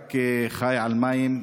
חי רק על מים,